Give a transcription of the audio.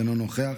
אינו נוכח,